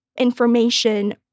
information